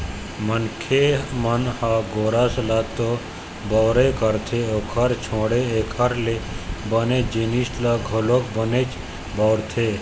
मनखे मन ह गोरस ल तो बउरबे करथे ओखर छोड़े एखर ले बने जिनिस ल घलोक बनेच बउरथे